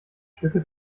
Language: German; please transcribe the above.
stücke